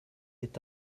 est